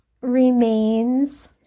remains